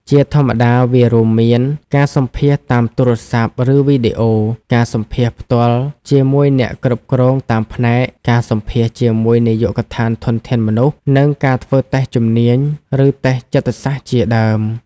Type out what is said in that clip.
ជាធម្មតាវារួមមាន ការសម្ភាសន៍តាមទូរស័ព្ទឬវីដេអូ ការសម្ភាសន៍ផ្ទាល់ជាមួយអ្នកគ្រប់គ្រងតាមផ្នែក ការសម្ភាសន៍ជាមួយនាយកដ្ឋានធនធានមនុស្ស និងការធ្វើតេស្តជំនាញ ឬតេស្តចិត្តសាស្ត្រជាដើម។